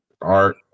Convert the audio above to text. Art